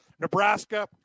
Nebraska